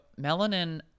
melanin